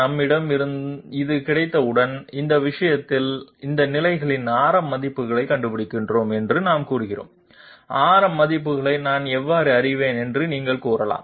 நம்மிடம் இது கிடைத்தவுடன் அந்த விஷயத்தில் இந்த நிலைகளில் ஆரம் மதிப்புகளைக் கண்டுபிடிப்போம் என்று நாம் கூறுகிறோம் ஆரம் மதிப்புகளை நான் எவ்வாறு அறிவேன் என்று நீங்கள் கூறலாம்